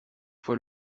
fois